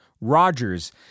Rogers